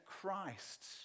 Christ